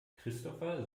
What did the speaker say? christopher